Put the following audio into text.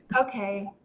okay.